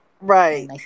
right